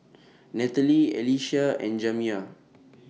Natalie Alycia and Jamiya